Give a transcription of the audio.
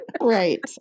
right